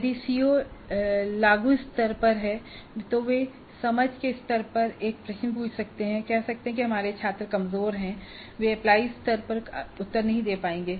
यदि सीओ लाग स्तर पर है तो वे समझ के स्तर पर एक प्रश्न पूछ सकते हैं और कह सकते हैं कि हमारे छात्र कमजोर छात्र हैं वे एप्लाई स्तर पर उत्तर नहीं दे पाएंगे